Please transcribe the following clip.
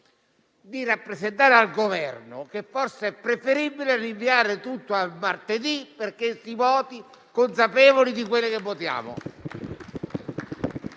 di rappresentare al Governo che forse è preferibile rinviare tutto a martedì, perché si voti consapevoli di quello che votiamo.